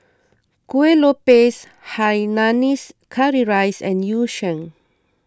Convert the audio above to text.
Kuih Lopes Hainanese Curry Rice and Yu Sheng